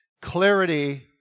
clarity